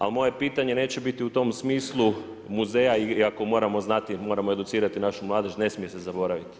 A moje pitanje neće biti u tom smislu muzeja ili ako moramo znati, morao educirati našu mladež ne smije se zaboraviti.